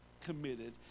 committed